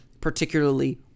particularly